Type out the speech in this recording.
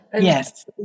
Yes